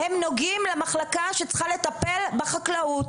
הם נוגעים למחלקה שצריכה לטפל בחקלאות.